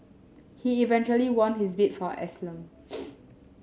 he eventually won his bid for asylum